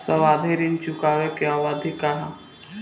सावधि ऋण चुकावे के अवधि का ह?